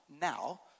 now